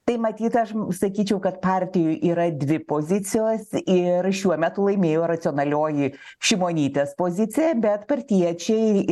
tai matyt aš sakyčiau kad partijoj yra dvi pozicijos ir šiuo metu laimėjo racionalioji šimonytės pozicija bet partiečiai